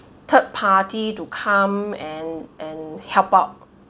third party to come and and help out